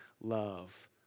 love